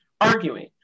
arguing